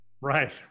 Right